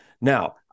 Now